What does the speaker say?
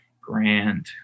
grand